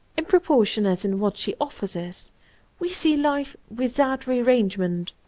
in proportion as in what she offers us we see life without rearrangement,